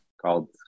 called